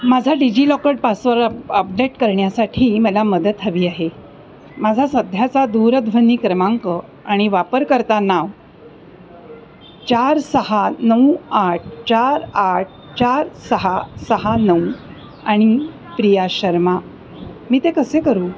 माझा DigiLocker password update करण्यासाठी मला मदत हवी आहे माझा सध्याचा दूरध्वनी क्रमांक आणि वापरकर्ता नाव चार सहा नऊ आठ चार आठ चार सहा सहा नऊ आणि प्रिया शर्मा मी ते कसे करू